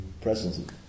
presence